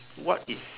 what is